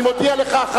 אני מודיע לך עכשיו,